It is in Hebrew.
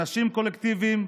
עונשים קולקטיביים,